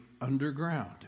underground